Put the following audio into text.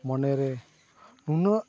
ᱢᱚᱱᱮᱨᱮ ᱱᱩᱱᱟᱹᱜ